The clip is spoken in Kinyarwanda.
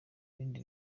bindi